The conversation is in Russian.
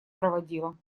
проводила